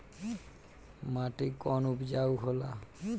माटी कौन उपजाऊ होला?